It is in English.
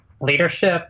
leadership